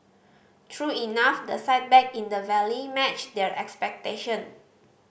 true enough the sight back in the valley matched their expectation